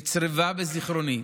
נצרבה בזיכרוני.